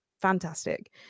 fantastic